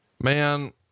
Man